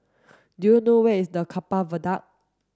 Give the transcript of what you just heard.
do you know where is the Keppel Viaduct